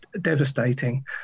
devastating